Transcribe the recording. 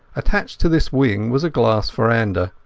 attached to this wing was a glass veranda,